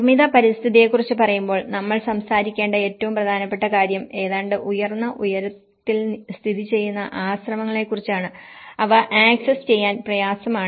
നിർമ്മിത പരിസ്ഥിതിയെക്കുറിച്ച് പറയുമ്പോൾ നമ്മൾ സംസാരിക്കേണ്ട ഏറ്റവും പ്രധാനപ്പെട്ട കാര്യം ഏതാണ്ട് ഉയർന്ന ഉയരത്തിൽ സ്ഥിതി ചെയ്യുന്ന ആശ്രമങ്ങളെക്കുറിച്ചാണ് അവ ആക്സസ് ചെയ്യാൻ പ്രയാസമാണ്